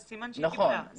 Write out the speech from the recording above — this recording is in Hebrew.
סימן שהיא קיבלה נכון.